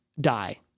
die